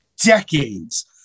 decades